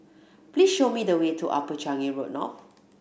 please show me the way to Upper Changi Road North